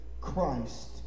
Christ